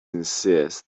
insist